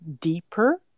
deeper